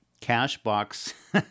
Cashbox